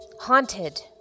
haunted